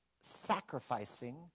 sacrificing